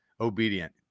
obedient